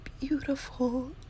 beautiful